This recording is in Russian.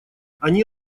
они